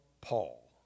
Paul